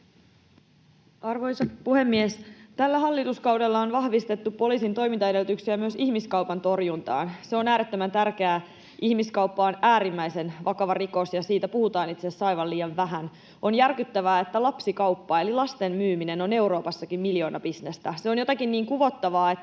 Arvoisa puhemies! Tällä hallituskaudella on vahvistettu poliisin toimintaedellytyksiä myös ihmiskaupan torjuntaan. Se on äärettömän tärkeää. Ihmiskauppa on äärimmäisen vakava rikos, ja siitä puhutaan itse asiassa aivan liian vähän. On järkyttävää, että lapsikauppa eli lasten myyminen on Euroopassakin miljoonabisnestä. Se on jotakin niin kuvottavaa, ettei